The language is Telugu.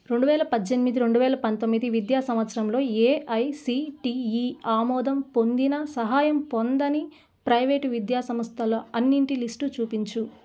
రెండు వేల పజ్జెనిమిది రెండు వేల పంతొమ్మిది విద్యా సంవత్సరంలో ఏఐసిటిఈ ఆమోదం పొందిన సహాయం పొందని ప్రైవేటు విద్యాసంస్థలు అన్నిటి లిస్టు చూపించు